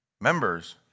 Members